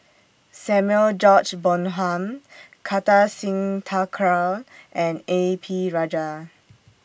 Samuel George Bonham Kartar Singh Thakral and A P Rajah